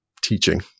teaching